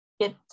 get